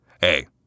Hey